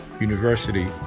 university